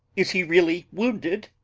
is he really wounded?